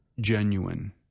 genuine